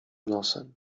nosem